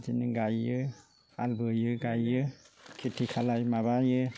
बिदिनो गायो हाल बोयो गायो खेथि खालायो माबायो